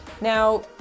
Now